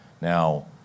Now